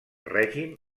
règim